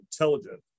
intelligent